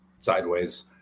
sideways